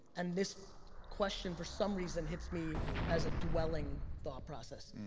and this question, for some reason hits me as a dwelling thought process.